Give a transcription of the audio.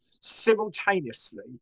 simultaneously